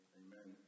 amen